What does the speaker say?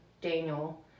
Daniel